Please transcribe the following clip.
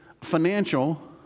financial